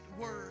word